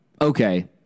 Okay